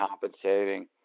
compensating